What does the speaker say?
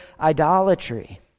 idolatry